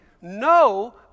no